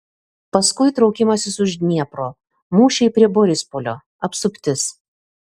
paskui traukimasis už dniepro mūšiai prie borispolio apsuptis